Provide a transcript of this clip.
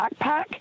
backpack